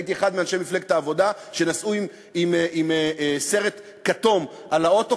הייתי אחד מאנשי מפלגת העבודה שנסעו עם סרט כתום על האוטו,